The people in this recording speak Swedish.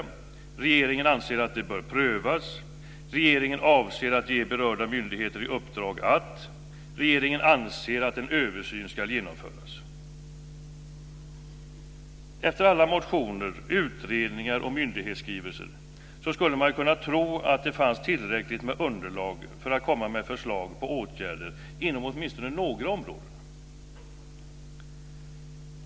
· Regeringen anser att det bör prövas .· Regeringen avser att ge berörda myndigheter i uppdrag att .· Regeringen anser att en översyn ska genomföras Efter alla motioner, utredningar och myndighetsskrivelser skulle man kunna tro att det fanns tillräckligt med underlag för att komma med förslag på åtgärder inom åtminstone några områden.